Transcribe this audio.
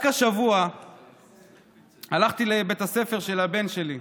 רק השבוע הלכתי לבית הספר של הבן שלי,